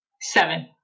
Seven